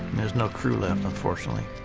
there's no crew left unfortunately,